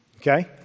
okay